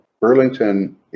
Burlington